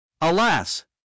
Alas